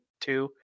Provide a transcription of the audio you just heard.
two